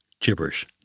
gibberish